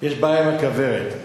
בעיה עם הכוורת.